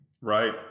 right